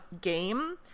game